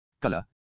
color